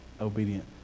obedient